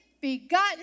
begotten